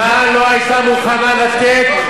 מה לא היתה מוכנה לתת,